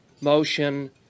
motion